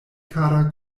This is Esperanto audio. kara